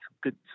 good